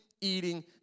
eating